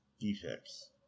defects